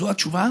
זו התשובה